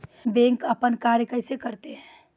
Bank अपन कार्य कैसे करते है?